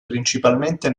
principalmente